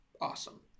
awesome